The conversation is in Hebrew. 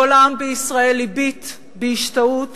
כל העם בישראל הביט בהשתאות